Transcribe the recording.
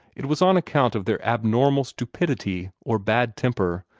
it was on account of their abnormal stupidity, or bad temper,